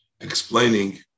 explaining